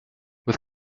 with